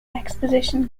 exposition